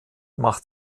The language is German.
macht